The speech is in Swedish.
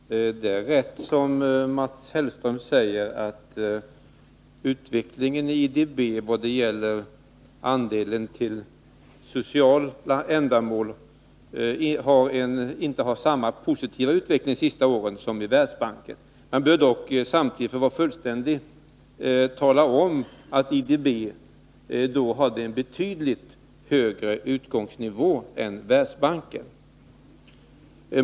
Herr talman! Det är rätt, som Mats Hellström säger, att utvecklingen i IDB vad gäller den andel som gått till sociala ändamål inte har varit så positiv under de senaste åren som för Världsbanken. Man bör dock samtidigt, för att vara fullständig, tala om att IDB hade betydligt högre utgångsnivå än Världsbanken.